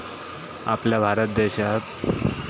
आपल्या भारत देशात येगयेगळ्या प्रकारचे मधमाश्ये आढळतत